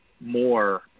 more